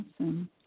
Awesome